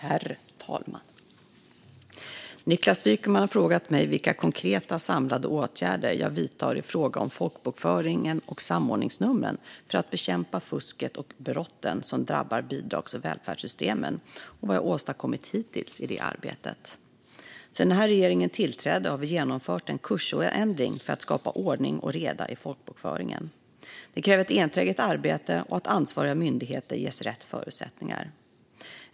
Herr talman! Niklas Wykman har frågat mig vilka konkreta samlade åtgärder jag vidtar i fråga om folkbokföringen och samordningsnumren för att bekämpa fusket och brotten som drabbar bidrags och välfärdssystemen och vad jag har åstadkommit hittills i det arbetet. Sedan den här regeringen tillträdde har vi genomfört en kursändring för att skapa ordning och reda i folkbokföringen. Det kräver ett enträget arbete och att ansvariga myndigheter ges rätt förutsättningar.